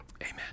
amen